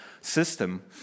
system